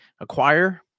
acquire